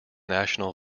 national